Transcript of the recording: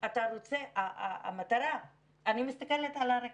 אני מסתכלת על הרכבת,